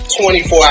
24